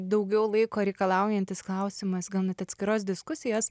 daugiau laiko reikalaujantis klausimas gal net atskiros diskusijos